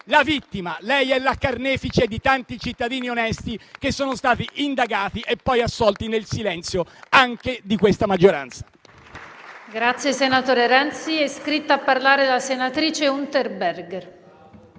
la vittima: lei è la carnefice di tanti cittadini onesti, che sono stati indagati e poi assolti nel silenzio anche di questa maggioranza.